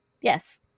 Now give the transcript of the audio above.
Yes